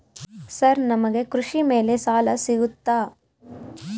Sir ನಮಗೆ ಕೃಷಿ ಮೇಲೆ ಸಾಲ ಸಿಗುತ್ತಾ?